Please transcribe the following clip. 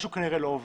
משהו כנראה לא עובד.